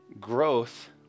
Growth